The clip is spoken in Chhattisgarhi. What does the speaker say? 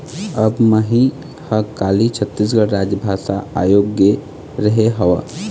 अब मही ह काली छत्तीसगढ़ राजभाषा आयोग गे रेहे हँव